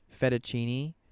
fettuccine